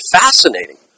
fascinating